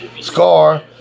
scar